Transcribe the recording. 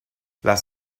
las